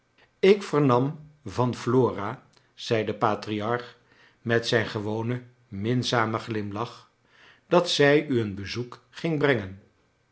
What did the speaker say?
ik vernam van flora zei de patriarch met zijn gewonen minzamen glimlach dat zij u een bezoek ging brengen